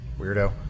weirdo